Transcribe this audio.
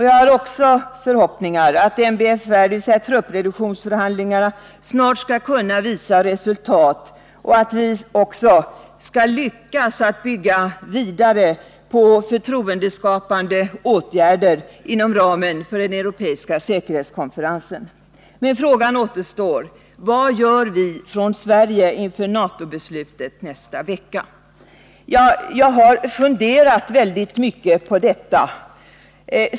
Jag har vidare förhoppningar att MBFR, dvs. truppreduktionsförhandlingarna, snart skall kunna visa resultat och att vi också skall lyckas bygga vidare på förtroendeskapande åtgärder inom ramen för den europeiska säkerhetskonferensen. Men frågan återstår: Vad gör vi från Sveriges sida inför NATO-beslutet nästa vecka? Jag har funderat väldigt mycket på detta.